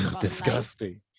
Disgusting